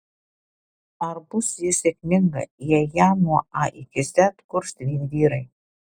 ar bus ji sėkminga jei ją nuo a iki z kurs vien vyrai